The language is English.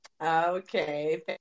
Okay